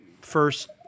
first